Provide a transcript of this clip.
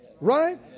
Right